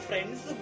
Friends